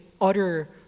utter